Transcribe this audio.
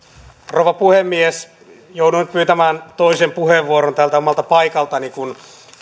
rouva puhemies jouduin pyytämään toisen puheenvuoron tältä omalta paikaltani kun